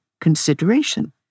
consideration